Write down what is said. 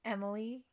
Emily